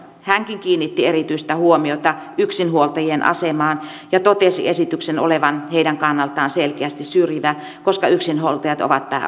hänkin kiinnitti erityistä huomiota yksinhuoltajien asemaan ja totesi esityksen olevan heidän kannaltaan selkeästi syrjivä koska yksinhuoltajat ovat pääosin naisia